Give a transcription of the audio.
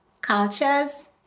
cultures